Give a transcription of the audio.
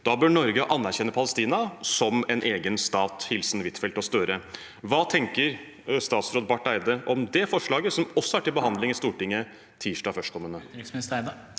Da bør Norge anerkjenne Palestina som en egen stat, hilsen Huitfeldt og Støre. Hva tenker statsråd Barth Eide om det forslaget, som også er til behandling i Stortinget førstkommende